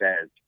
says